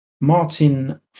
Martin